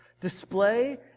display